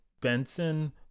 Benson